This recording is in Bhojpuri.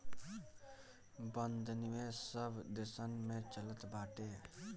बंध निवेश सब देसन में चलत बाटे